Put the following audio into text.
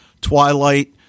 twilight